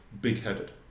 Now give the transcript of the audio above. big-headed